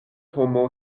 homo